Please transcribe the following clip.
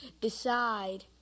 decide